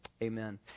Amen